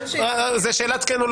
זו שאלת כן או לא.